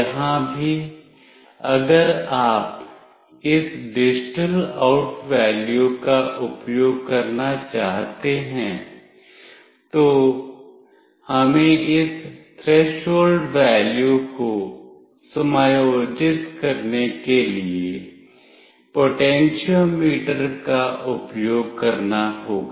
यहाँ भी अगर आप इस डिजिटल आउट वैल्यू का उपयोग करना चाहते हैं तो हमें इस थ्रेसहोल्ड वैल्यू को समायोजित करने के लिए पोटेंशियोमीटर का उपयोग करना होगा